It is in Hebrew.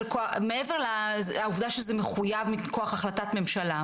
מעבר לעובדה שזה מחויב מכוח החלטת ממשלה,